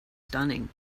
stunning